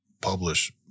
publish